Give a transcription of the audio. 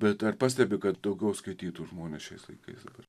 bet ar pastebi kad daugiau skaitytų žmonės šiais laikais dabar